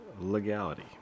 legality